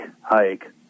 hike